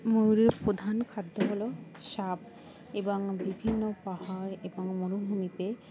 ময়ূরের প্রধান খাদ্য হলো সাপ এবং বিভিন্ন পাহাড় এবং মরুভূমিতে